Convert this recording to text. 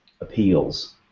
appeals